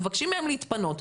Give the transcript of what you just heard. ומבקשים מהם להתפנות.